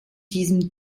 diesem